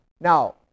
now